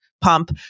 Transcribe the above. pump